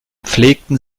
pflegten